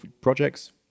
projects